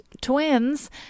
twins